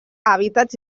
hàbitats